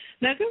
now